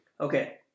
Okay